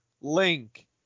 Link